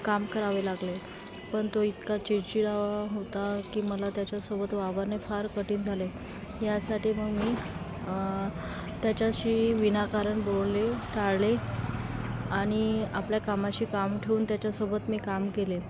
काम करावे लागले पण तो इतका चिडचिडा होता की मला त्याच्यासोबत वावरणे फार कठीण झाले यासाठी मग मी त्याच्याशी विनाकारण बोलणे टाळले आणि आपल्या कामाशी काम ठेवून त्याच्यासोबत मी काम केले